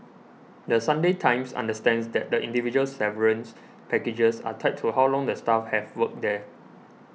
The Sunday Times understands that the individual severance packages are tied to how long the staff have worked there